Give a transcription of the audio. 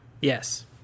Yes